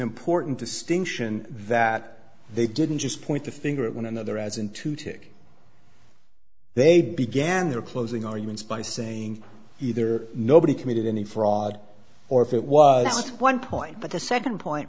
important distinction that they didn't just point the finger at one another as into tick they began their closing arguments by saying either nobody committed any fraud or if it was just one point but the second p